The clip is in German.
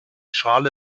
schale